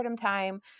time